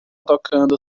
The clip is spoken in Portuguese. tocando